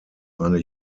eine